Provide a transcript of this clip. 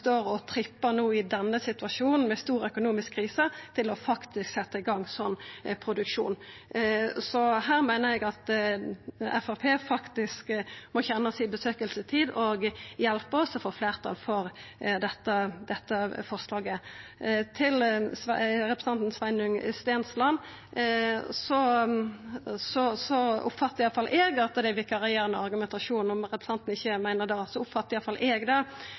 no i denne situasjonen med stor økonomisk krise står og trippar etter å setja i gang slik produksjon. Eg meiner at Framstegspartiet må nytta dette høvet og hjelpa oss med å få fleirtal for forslaget. Til representanten Sveinung Stensland: Eg oppfattar i alle fall at det er vikarierande argumentasjon. Om representanten ikkje meiner det, oppfattar i alle fall eg det.